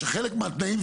שחלק מהתנאים,